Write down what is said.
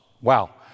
Wow